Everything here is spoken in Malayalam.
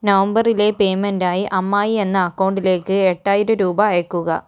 നവംബറിലെ പേയ്മെന്റ് ആയി അമ്മായി എന്ന അക്കൗണ്ടിലേക്ക് എട്ടായിരം രൂപ അയയ്ക്കുക